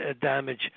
damage